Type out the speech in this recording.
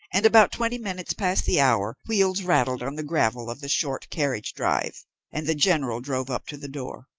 and about twenty minutes past the hour wheels rattled on the gravel of the short carriage-drive, and the general drove up to the door.